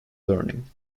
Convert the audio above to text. learning